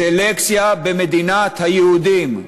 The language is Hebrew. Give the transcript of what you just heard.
סלקציה במדינת היהודים.